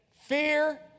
Fear